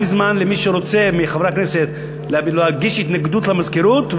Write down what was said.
זמן למי מחברי הכנסת שרוצה להגיש התנגדות למזכירות,